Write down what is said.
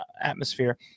atmosphere